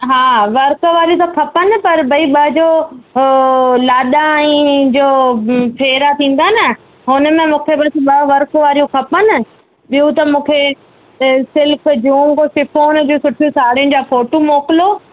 हा वर्क वारियूं त खपनि न भई पर उहो जो लाॾा ऐं जो फेरा थींदा न हुन में मूंखे बसि ॿ वर्क वारियूं खपनि ॿियूं त मूंखे सिल्क जूं शिफोन जूं सुठियूं साड़ियुनि जा फोटूं मोकिलो